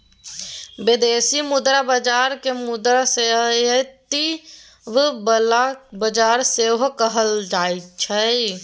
बिदेशी मुद्रा बजार केँ मुद्रा स्थायित्व बला बजार सेहो कहल जाइ छै